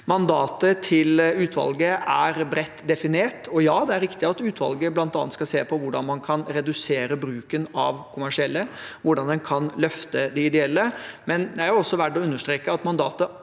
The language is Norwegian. Mandatet til utvalget er bredt definert. Det er riktig at utvalget bl.a. skal se på hvordan man kan redusere bruken av kommersielle, og hvordan man kan løfte de ideelle, men det er verdt å understreke at mandatet